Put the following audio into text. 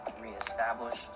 reestablish